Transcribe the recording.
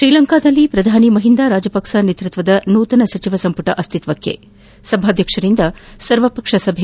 ತ್ರೀಲಂಕಾದಲ್ಲಿ ಶ್ರಧಾನಿ ಮಹಿಂದಾ ರಾಜಪಕ್ಷೆ ನೇತೃತ್ವದ ನೂತನ ಸಚಿವ ಸಂಪುಟ ಅಕ್ಕಿತ್ತಕ್ಷೆ ಸಭಾಧ್ಯಕ್ಷರಿಂದ ಸರ್ವಪಕ್ಷ ಸಭೆ